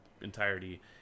entirety